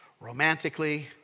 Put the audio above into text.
romantically